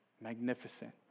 magnificent